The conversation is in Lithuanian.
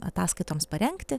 ataskaitoms parengti